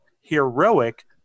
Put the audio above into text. heroic